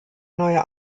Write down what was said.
neue